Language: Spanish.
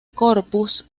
corpus